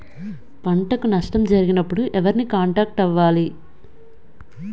పంటకు నష్టం జరిగినప్పుడు ఎవరిని కాంటాక్ట్ అవ్వాలి?